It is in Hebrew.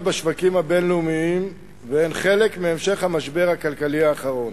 בשווקים הבין-לאומיים והן חלק מהמשך המשבר הכלכלי האחרון.